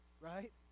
Right